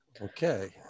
okay